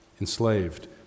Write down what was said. enslaved